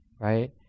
right